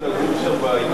אם היית